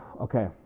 Okay